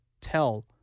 tell